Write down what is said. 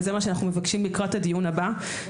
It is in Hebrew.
וזה מה שאנחנו מבקשים לקראת הדיון הבא.